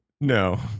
No